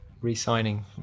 re-signing